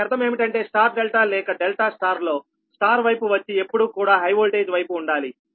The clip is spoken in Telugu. దాని అర్థం ఏంటంటే స్టార్ డెల్టా లేక డెల్టా స్టార్ లో స్టార్ వైపు వచ్చి ఎప్పుడూ కూడా హై వోల్టేజ్ వైపు ఉండాలి